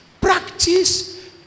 practice